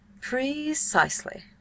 Precisely